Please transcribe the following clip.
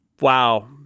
Wow